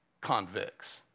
convicts